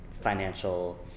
financial